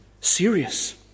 Serious